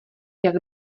jak